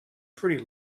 pretty